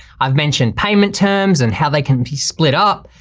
i've mentioned payment terms and how they can be split up,